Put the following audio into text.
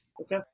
Okay